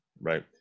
Right